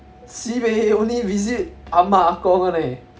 sibeh only visit ah ma ah gong [one] eh